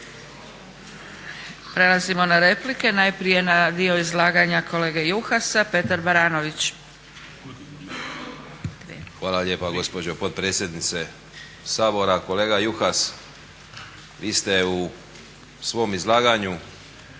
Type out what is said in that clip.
Prelazimo na replike. Najprije na dio izlaganja kolege Juhasa, Petar Baranović. **Baranović, Petar (Reformisti)** Hvala lijepa gospođo potpredsjednice Sabora. Kolega Juhas vi ste u svom izlaganju